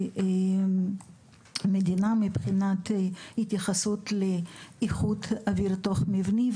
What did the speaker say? מדיני מבחינת התייחסות לאיכות אוויר תוך מבני,